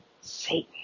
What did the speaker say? Satan